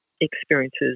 experiences